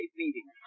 meeting